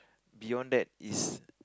beyond that is